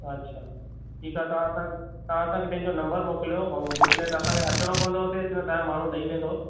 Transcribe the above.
अच्छा ठीकु आहे तव्हां असांखे तव्हां असांखे पंहिंजो नंबर मोकिलियो ऐं बुकलेट असांखे अचणो पवंदो हुते की तव्हांजो माण्हू ॾेई वेंदो